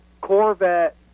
Corvette